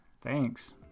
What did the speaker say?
Thanks